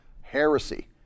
heresy